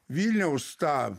vilniaus tą